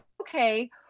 okay